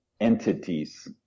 entities